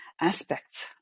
aspects